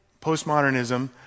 postmodernism